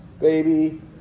baby